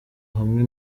hamwe